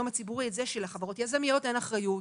הציבורי שאין לחברות יזמיות אחריות,